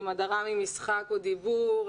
הדרה ממשחק או דיבור,